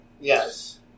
Yes